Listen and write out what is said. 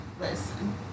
Listen